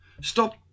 Stop